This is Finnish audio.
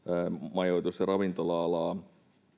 majoitus ja ravintola alaa